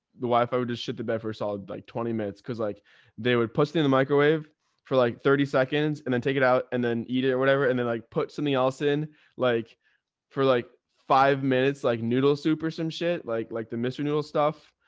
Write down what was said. the wifi would just shit, the bed for a solid, like twenty minutes. cause like they would put it in the microwave for like thirty seconds and then take it out and then eat it or whatever. and then like put something else in like for like five minutes, like noodle soup or some shit like, like the mr. noodle stuff.